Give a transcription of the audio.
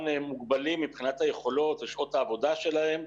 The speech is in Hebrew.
מוגבלים מבחינת היכולות ושעות העבודה שלהם.